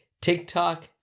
tiktok